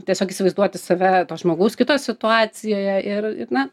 tiesiog įsivaizduoti save to žmogaus kito situacijoje ir ir na